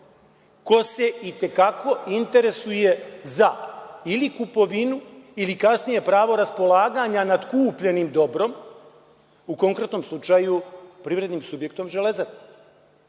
ko se i te kako interesuje za ili kupovinu ili kasnije pravo raspolaganja nad kupljenim dobrom, u konkretnom slučaju privrednim subjektom „Železare“.